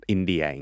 India